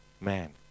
man